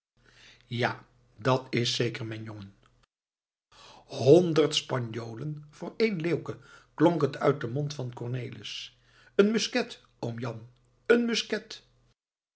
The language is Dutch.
ja dat is zeker mijn jongen honderd spanjolen voor één leeuwke klonk het uit den mond van cornelis een musket oom jan een musket